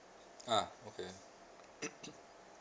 ah okay